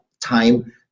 time